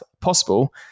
possible